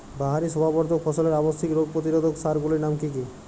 বাহারী শোভাবর্ধক ফসলের আবশ্যিক রোগ প্রতিরোধক সার গুলির নাম কি কি?